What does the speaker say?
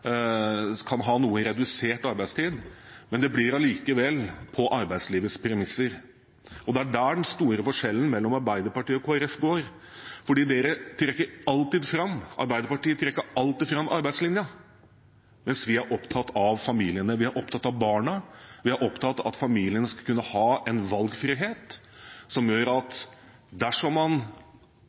kan ha noe redusert arbeidstid, men det blir på arbeidslivets premisser. Og det er der den store forskjellen mellom Arbeiderpartiet og Kristelig Folkeparti er. Arbeiderpartiet trekker alltid fram arbeidslinja, mens vi er opptatt av familien. Vi er opptatt av barna, vi er opptatt av at familien skal kunne ha en valgfrihet som gjør at dersom man